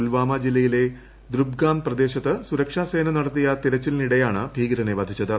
പുൽവാമ ജില്ലയിലെ ദ്രുബ്ഗാം പ്രദേശത്ത് സുരക്ഷാ സേന നടത്തിയ തിരച്ചിലിനിടെയാണ് ഭീകരനെ വധിച്ചത്